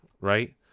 Right